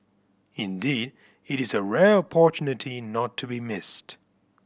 indeed it is a rare opportunity not to be missed